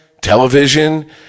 television